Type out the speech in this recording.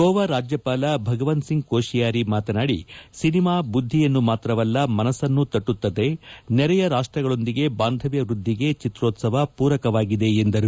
ಗೋವಾ ರಾಜ್ಯಪಾಲ ಭಗವಂತ್ ಸಿಂಗ್ ಕೋಶಿಯಾರಿ ಮಾತನಾಡಿ ಸಿನಿಮಾ ಬುದ್ಧಿಯನ್ನು ಮಾತ್ರವಲ್ಲ ಮನಸ್ಸನ್ನು ತ್ರುತ್ತದೆ ನೆರೆಯ ರಾಷ್ಟಗಳೊಂದಿಗೆ ಬಾಂಧವ್ತ ವ್ಯಧಿಗೆ ಚಿತ್ರೋತ್ಸವ ಪೂರಕವಾಗಿದೆ ಎಂದರು